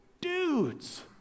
dudes